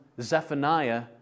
Zephaniah